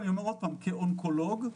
כאונקולוג,